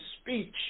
speech